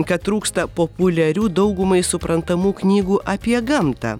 kad trūksta populiarių daugumai suprantamų knygų apie gamtą